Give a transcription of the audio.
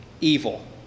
evil